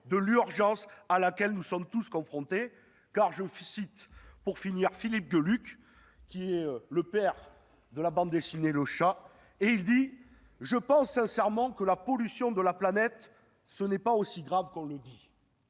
de l'urgence à laquelle nous sommes tous confrontés. Je citerai pour finir Philippe Geluck, le père de la bande dessinée :« Je pense sincèrement que la pollution de la planète, ce n'est pas aussi grave qu'on le dit